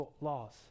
laws